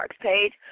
page